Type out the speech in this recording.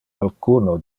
alcuno